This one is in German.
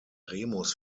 remus